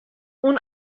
اون